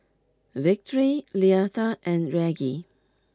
Victory Leatha and Reggie